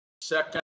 Second